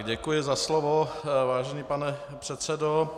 Děkuji za slovo, vážený pane předsedo.